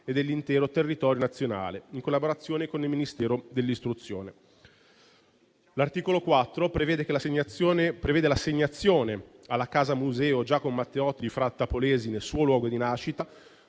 e dell'intero territorio nazionale, in collaborazione con il Ministero dell'istruzione. L'articolo 4 prevede l'assegnazione alla Casa Museo Giacomo Matteotti di Fratta Polesine, suo luogo di nascita,